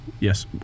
Yes